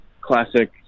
classic